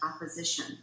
opposition